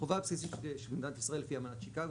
החובה הבסיסית שיש למדינת ישראל כאמנת שיקאגו